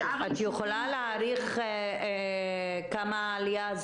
את יכולה להעריך כמה העלייה?